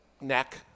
neck